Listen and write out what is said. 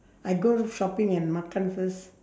I go shopping and makan first